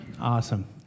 Awesome